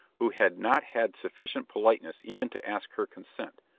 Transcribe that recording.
who had not had sufficient politeness even to ask her consent.